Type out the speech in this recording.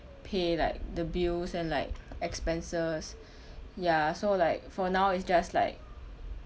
pay like the bills and like expenses ya so like for now is just like